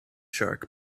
shark